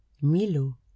Milo